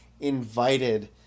invited